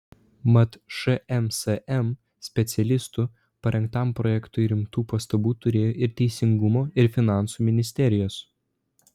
mat šmsm specialistų parengtam projektui rimtų pastabų turėjo ir teisingumo ir finansų ministerijos